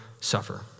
suffer